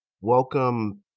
Welcome